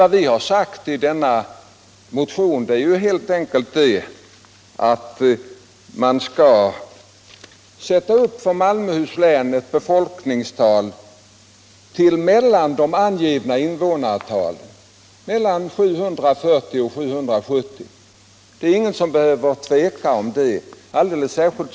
Vad vi har föreslagit i vår motion är helt enkelt att man för Malmöhus län skall ange ett befolkningstal som ligger inom den i propositionen angivna befolkningsramen, dvs. mellan 740 000 och 770 000 invånare år 1985. Detta borde stå helt klart.